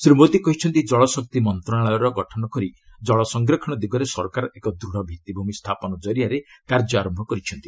ଶ୍ରୀ ମୋଦି କହିଛନ୍ତି କଳଶକ୍ତି ମନ୍ତ୍ରଣାଳୟର ଗଠନ କରି ଜଳ ସଂରକ୍ଷଣ ଦିଗରେ ସରକାର ଏକ ଦୃଢ଼ ଭିଭିଭୂମି ସ୍ଥାପନ ଜରିଆରେ କାର୍ଯ୍ୟ ଆରମ୍ଭ କରିଛନ୍ତି